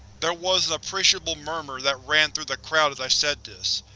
there was an appreciable murmur that ran through the crowd as i said this.